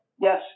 Yes